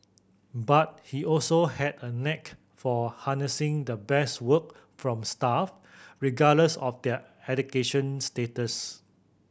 but he also had a knack for harnessing the best work from staff regardless of their education status